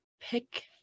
pick